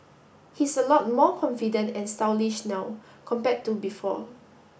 he's a lot more confident and stylish now compared to before